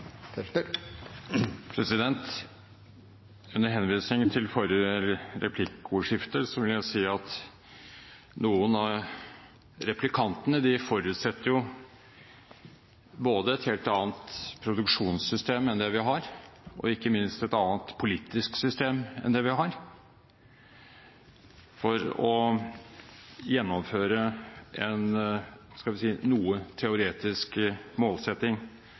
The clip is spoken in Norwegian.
et helt annet produksjonssystem enn det vi har, og ikke minst et annet politisk system enn det vi har, for å gjennomføre en, skal vi si, noe teoretisk målsetting.